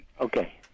Okay